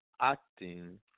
acting